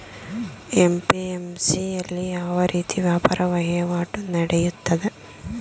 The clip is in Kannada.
ಎ.ಪಿ.ಎಂ.ಸಿ ಯಲ್ಲಿ ಯಾವ ರೀತಿ ವ್ಯಾಪಾರ ವಹಿವಾಟು ನೆಡೆಯುತ್ತದೆ?